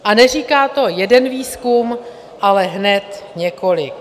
A neříká to jeden výzkum, ale hned několik.